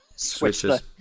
Switches